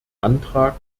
antrag